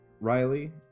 Riley